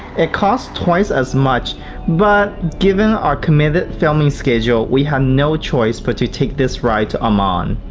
it cost twice as much but. given our committed filming schedule, we had no choice but to take this ride to amman.